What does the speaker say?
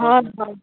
হয় হয়